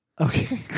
Okay